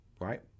right